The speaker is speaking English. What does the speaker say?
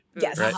Yes